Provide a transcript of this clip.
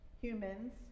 humans